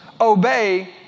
Obey